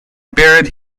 buried